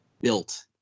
built